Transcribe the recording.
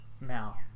now